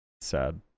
sad